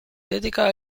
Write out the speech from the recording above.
dedica